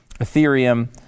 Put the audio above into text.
Ethereum